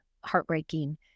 heartbreaking